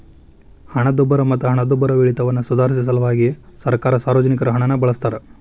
ಹಣದುಬ್ಬರ ಮತ್ತ ಹಣದುಬ್ಬರವಿಳಿತವನ್ನ ಸುಧಾರ್ಸ ಸಲ್ವಾಗಿ ಸರ್ಕಾರ ಸಾರ್ವಜನಿಕರ ಹಣನ ಬಳಸ್ತಾದ